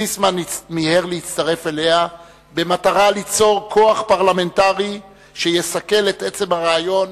זיסמן מיהר להצטרף אליה במטרה ליצור כוח פרלמנטרי שיסכל את עצם הרעיון